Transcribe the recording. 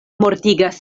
mortigas